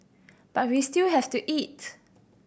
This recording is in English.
but we still have to eat